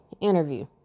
interview